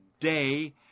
day